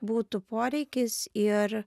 būtų poreikis ir